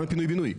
גם בפינוי בינוי.